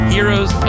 Heroes